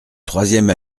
troisième